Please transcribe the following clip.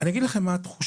אגיד מה התחושה